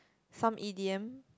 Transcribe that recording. some E_D_M